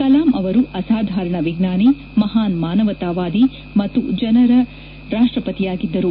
ಕಲಾಂ ಅವರು ಅಸಾಧಾರಣ ವಿಜ್ವಾನಿ ಮಹಾನ್ ಮಾನವತಾವಾದಿ ಮತ್ತು ಜನರ ರಾಷ್ಷಪತಿಯಾಗಿದ್ದರು